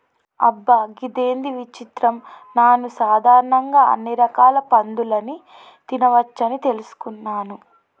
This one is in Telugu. అబ్బ గిదేంది విచిత్రం నాను సాధారణంగా అన్ని రకాల పందులని తినవచ్చని తెలుసుకున్నాను